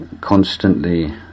constantly